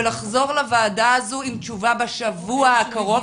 ולחזור לוועדה הזו עם תשובה בשבוע הקרוב,